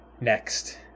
Next